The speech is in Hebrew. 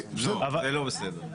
זה לא בסדר.